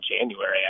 January